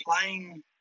playing